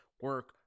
Work